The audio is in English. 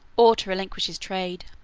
or to relinquish his trade.